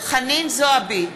חנין זועבי,